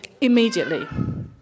immediately